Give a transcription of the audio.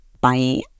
Bye